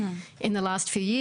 לא השתנה באופן מהותי בשנים